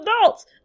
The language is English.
adults